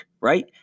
right